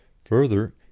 Further